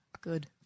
Good